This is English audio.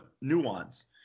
nuance